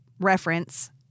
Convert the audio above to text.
reference